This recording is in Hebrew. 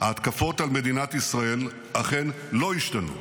ההתקפות על מדינת ישראל אכן לא השתנו,